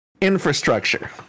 Infrastructure